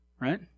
right